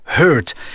Hurt